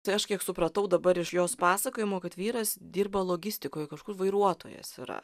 tai aš kiek supratau dabar iš jos pasakojimo kad vyras dirba logistikoj kažkur vairuotojas yra